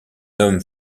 homme